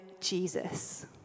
Jesus